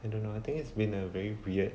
I don't know I think it's been a very weird